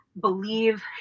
believe